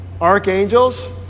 archangels